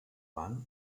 banc